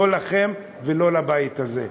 לא לכם ולא לבית הזה.